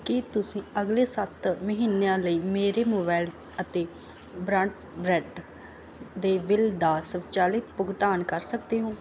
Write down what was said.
ਕੀ ਤੁਸੀਂਂ ਅਗਲੇ ਸੱਤ ਮਹੀਨਿਆਂ ਲਈ ਮੇਰੇ ਮੋਬਾਈਲ ਅਤੇ ਬਰਾਡਬੈਂਡ ਦੇ ਬਿੱਲ ਦਾ ਸਵੈਚਾਲਿਤ ਭੁਗਤਾਨ ਕਰ ਸਕਦੇ ਹੋ